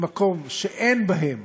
במקומות שאין בהם